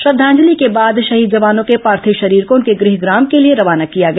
श्रद्वांजलि के बाद शहीद जवानों के पार्थिव शरीर को उनके गृहग्राम के लिए रवाना किया गया